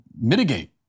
mitigate